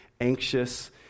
anxious